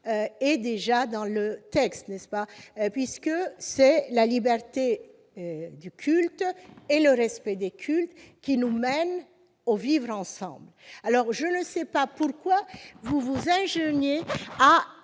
déjà dans le texte, puisque c'est la liberté du culte et le respect des cultes qui nous mènent au vivre ensemble. Je ne sais pas pourquoi vous vous ingéniez à